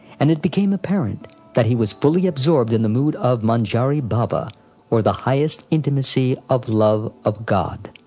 and it became apparent that he was fully absorbed in the mood of manjari-bhava, or the highest intimacy of love of god.